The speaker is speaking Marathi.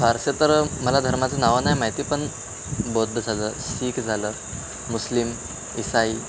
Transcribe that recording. फारसे तर मला धर्माचं नावं नाही माहिती पण बौद्ध झालं सीख झालं मुस्लिम ईसाई